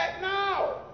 now